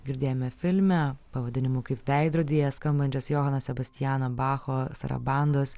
girdėjome filme pavadinimu kaip veidrodyje skambančias johano sebastiano bacho sarabandos